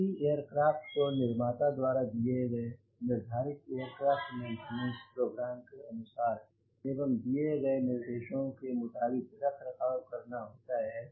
किसी एयरक्राफ़्ट को निर्माता द्वारा दिए गए निर्धारित एयरक्राफ़्ट मेंटेनेंस प्रोग्राम के अनुसार एवं दिए गए दिशा निर्देशों के मुताबिक रख रखाव करना होता है